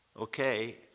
okay